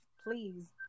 please